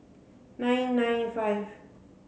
nine nine five